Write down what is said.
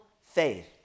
faith